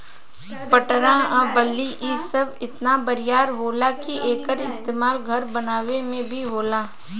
पटरा आ बल्ली इ सब इतना बरियार होला कि एकर इस्तमाल घर बनावे मे भी होला